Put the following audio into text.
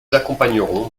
accompagnerons